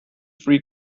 free